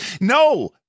No